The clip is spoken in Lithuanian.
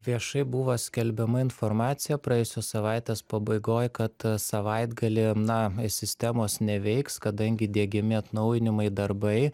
viešai buvo skelbiama informacija praėjusios savaitės pabaigoj kad savaitgalį na sistemos neveiks kadangi diegiami atnaujinimai darbai